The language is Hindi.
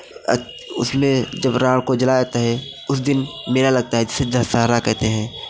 अ उसमें जब रावण को जलाया जाता है उस दिन मेला लगता है जिसे दशहरा कहते हैं